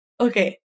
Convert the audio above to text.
Okay